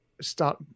start